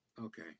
Okay